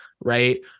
right